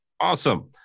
Awesome